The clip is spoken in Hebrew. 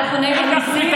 סליחה, אנחנו נגד מיסים?